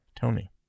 Tony